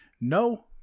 No